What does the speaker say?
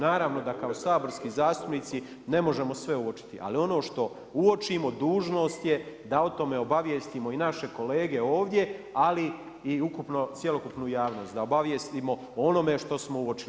Naravno da kao saborski zastupnici ne možemo sve uočiti, ali ono što uočimo dužnost je da o tome obavijestimo i naše kolege ovdje ali i ukupno cjelokupnu javnost da obavijestimo o onome što smo uočili.